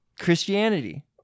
Christianity